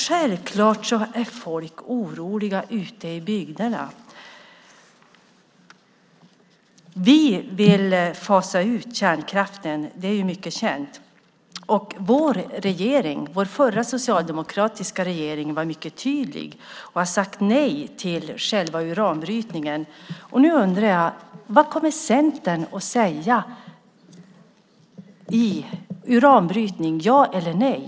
Självklart är folk ute i bygderna oroliga. Vi vill fasa ut kärnkraften. Det är mycket känt. Vår tidigare socialdemokratiska regering var mycket tydlig och har sagt nej till själva uranbrytningen. Nu undrar jag vad Centern kommer att säga om uranbrytningen - ja eller nej?